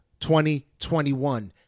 2021